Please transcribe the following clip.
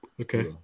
Okay